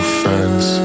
friends